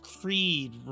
Creed